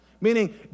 Meaning